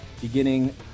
beginning